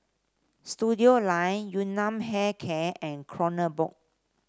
Studioline Yun Nam Hair Care and Kronenbourg